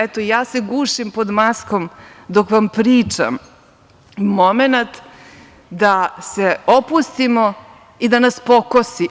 Eto, ja se gušim pod maskom dok vam pričam, momenat da se opustimo i da nas pokosi.